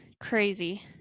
crazy